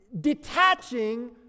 Detaching